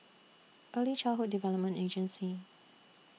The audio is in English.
Early Childhood Development Agency